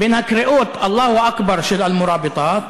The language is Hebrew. בין הקריאות "אללהו אכבר" של אל-מוראביטאת